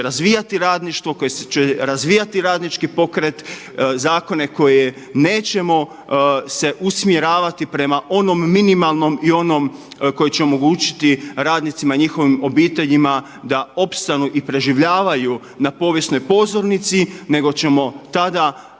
razvijati radništvo, koji će razvijati radnički pokret, zakone koje nećemo se usmjeravati prema onom minimalnom i onom koji će omogućiti radnicima i njihovim obiteljima da opstanu i preživljavaju na povijesnoj pozornici nego ćemo tada